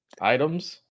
items